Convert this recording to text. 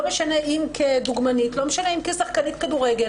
לא משנה אם כדוגמנית ולא משנה אם כשחקנית כדורגל